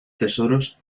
tesoros